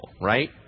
right